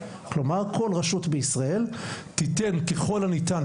כלומר כל רשות בישראל תיתן ככל הניתן,